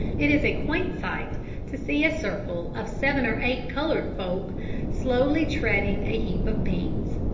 it is a quaint sight to see a circle of seven or eight coloured folk slowly treading a heap of beans.